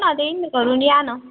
ना देईन ना करून या ना